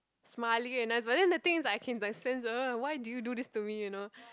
smiling and nice but then the thing is like I can like sense why did you do this to me you know